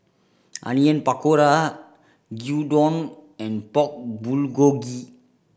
Onion Pakora Gyudon and Pork Bulgogi